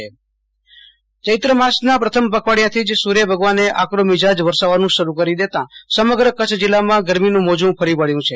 આશુતોષ અંતાણી હવામાન ચૈત્ર માસના પ્રથમ પખવાડીયાથી જ સુર્ય ભગવાને આકરો મિજાજ વરસાવવાન શરૂ કરી દેતાં સમગ્ર કચ્છ જિલ્લામાં ગરમોનં મોજું કરી વળ્યું છે